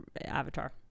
Avatar